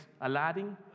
Aladdin